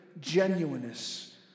genuineness